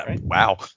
Wow